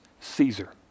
Caesar